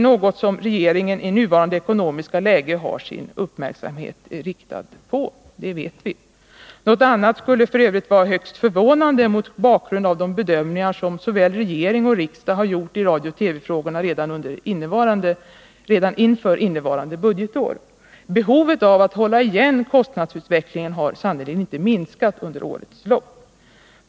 Något annat skulle f. ö. vara högst förvånande mot bakgrund av de bedömningar som regering och riksdag har 47 gjort i radiooch TV-frågorna redan inför innevarande budgetår. Behovet av att hålla igen kostnadsutvecklingen har sannerligen inte minskat under årets lopp.